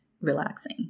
relaxing